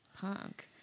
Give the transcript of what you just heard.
punk